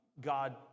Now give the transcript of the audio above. God